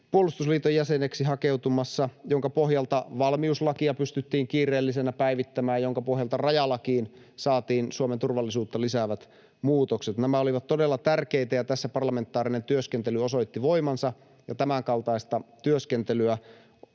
puolustusliiton jäseneksi hakeutumassa, jonka pohjalta valmiuslakia pystyttiin kiireellisenä päivittämään, jonka pohjalta rajalakiin saatiin Suomen turvallisuutta lisäävät muutokset. Nämä olivat todella tärkeitä, ja tässä parlamentaarinen työskentely osoitti voimansa, ja tämänkaltaista työskentelyä